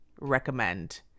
recommend